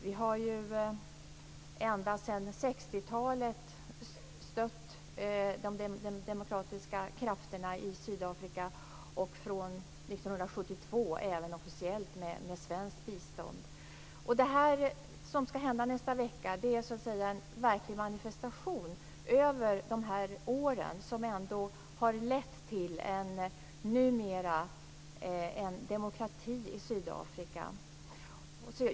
Vi har ju ända sedan 60-talet stött de demokratiska krafterna i Sydafrika och från 1972 även officiellt med svenskt bistånd. Det som ska hända nästa vecka är en verklig manifestation över de här åren, som ändå har lett till - numera - demokrati i Sydafrika.